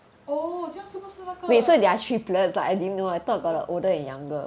oh 这样是不是那个